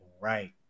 right